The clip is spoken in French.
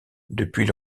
depuis